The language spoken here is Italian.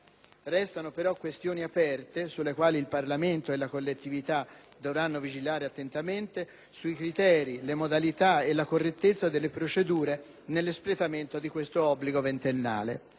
Restano però questioni aperte - sulle quali il Parlamento e la collettività dovranno vigilare attentamente - sui criteri, sulle modalità e sulla correttezza delle procedure nell'espletamento di questo obbligo ventennale.